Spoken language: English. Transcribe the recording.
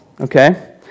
okay